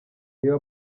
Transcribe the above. reba